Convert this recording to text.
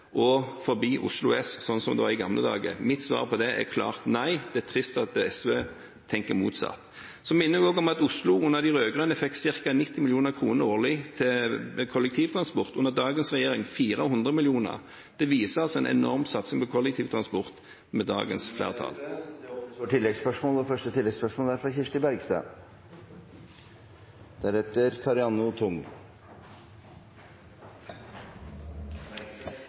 og forbi Oslo S, sånn som det var i gamle dager? Mitt svar på det er klart nei. Det er trist at SV tenker motsatt. Jeg minner også om at Oslo under de rød-grønne fikk ca. 90 mill. kr årlig til kollektivtransport. Under dagens regjering får de 400 mill. kr årlig. Det viser en enorm satsing på kollektivtransport. Det åpnes for